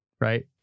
right